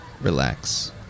relax